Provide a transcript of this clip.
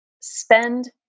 spend